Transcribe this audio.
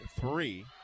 three